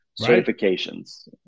certifications